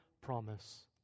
promise